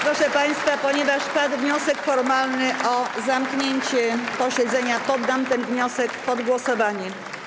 Proszę państwa, ponieważ padł wniosek formalny o zamknięcie posiedzenia, poddam ten wniosek pod głosowanie.